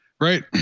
Right